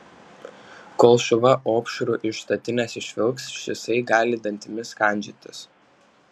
kol šuva opšrų iš statinės išvilks šisai gali dantimis kandžiotis